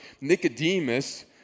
Nicodemus